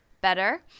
better